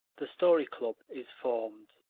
the story club is formed